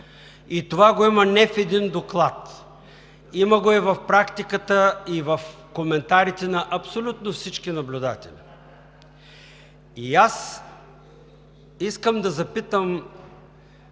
и това го има не в един доклад. Има го и в практиката, и в коментарите на абсолютно всички наблюдатели. Аз искам да запитам